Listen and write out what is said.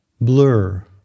blur